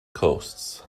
coasts